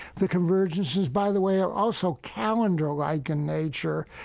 the convergences, by the way, are also calendar-like in nature.